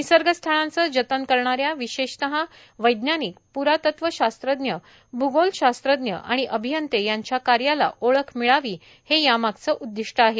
निसर्गस्थळांचं जतन करणाऱ्या विशेषतः वैज्ञानिक प्रातत्वशास्त्रज्ञ भूगोलशास्त्रज्ञ आणि अभियंते यांच्या कार्याला ओळख मिळावी हे यामागचं उद्दिष्ट आहे